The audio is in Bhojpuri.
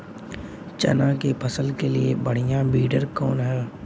चना के फसल के लिए बढ़ियां विडर कवन ह?